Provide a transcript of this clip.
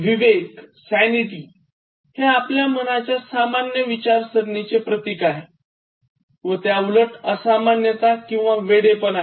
विवेक हे आपल्या मनाच्या सामान्य विचारसरणीचे प्रतीक आहे व त्याउलट असामान्यता किंवा वेडेपणा आहे